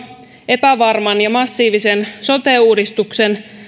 epävarman ja massiivisen sote uudistuksen